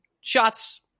shots